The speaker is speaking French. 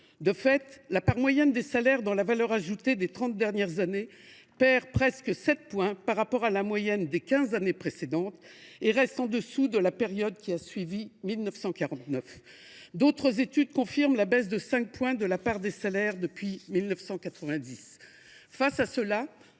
De fait, la part moyenne des salaires dans la valeur ajoutée des trente dernières années perd presque sept points par rapport à la moyenne des quinze années précédentes et reste inférieure au niveau enregistré pendant la période qui a suivi 1949. D’autres études confirment la baisse de cinq points de la part des salaires depuis 1990. Face à cela,